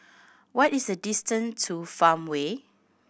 what is the distance to Farmway